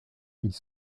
ils